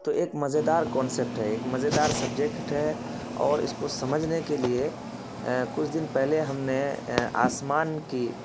تو ایک مزےدار کانسیپٹ ہے ایک مزےدار سبجیکٹ ہے اور اس کو سمجھنے کے لیے کچھ دن پہلے ہم نے آسمان کی